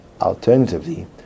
alternatively